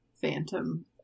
Phantom